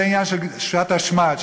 זה עניין של שעת השמד,